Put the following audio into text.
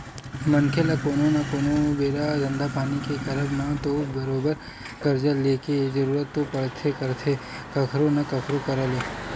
मनखे ल कोनो न कोनो बेरा धंधा पानी के करब म तो बरोबर करजा लेके जरुरत तो पड़बे करथे कखरो न कखरो करा ले